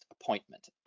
appointment